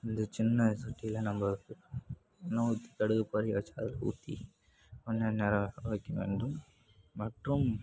அந்த சின்ன சட்டியில் நம்ப இன்னொரு கடுகு அதில் ஊற்றி வேண்டும் மற்றும்